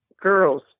girls